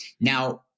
Now